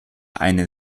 eine